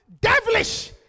devilish